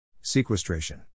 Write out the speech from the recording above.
Sequestration